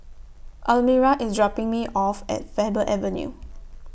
Almyra IS dropping Me off At Faber Avenue